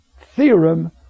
theorem